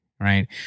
right